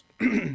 yes